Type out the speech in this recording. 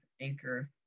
Anchor